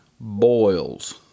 boils